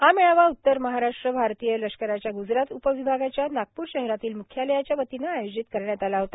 हा मेळावा उत्तर महाराष्ट्र भारतीय लष्कराच्या ग्जरात उपविभागाच्या नागपूर शहरातील म्ख्यालयाच्या वतीनं आयोजीत करण्यात आला होता